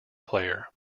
player